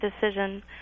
decision